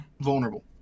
Vulnerable